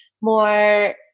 more